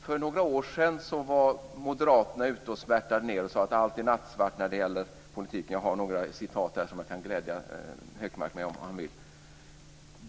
För några år sedan var moderaterna ute och svärtade ned politiken och sade att allt var nattsvart. Jag har några citat som jag skulle kunna glädja Hökmark med om han ville.